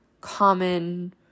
common